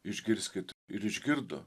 išgirskit ir išgirdo